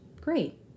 Great